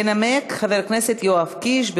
ינמק חבר הכנסת יואב קיש.